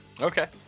okay